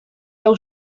hau